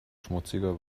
schmutziger